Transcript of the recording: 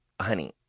honey